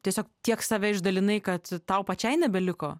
tiesiog tiek save išdalinai kad tau pačiai nebeliko